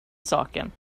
saken